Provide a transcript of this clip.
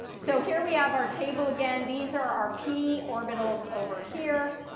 so here we have our table again. these are our p orbitals over here.